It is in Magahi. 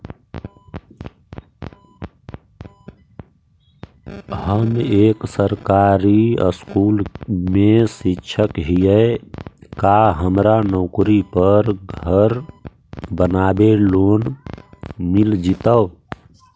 हम एक सरकारी स्कूल में शिक्षक हियै का हमरा नौकरी पर घर बनाबे लोन मिल जितै?